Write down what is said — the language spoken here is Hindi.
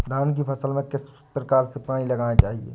धान की फसल में किस प्रकार से पानी डालना चाहिए?